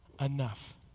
enough